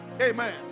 amen